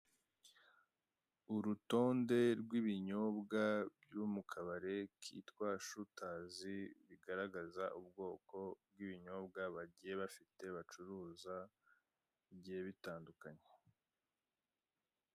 Urutonde rw'ibinyobwa byo mu kabari kitwa shutazi bigaragaza ubwoko bw'ibinyobwa bagiye bafite bacuruza bigiye bitandukanye.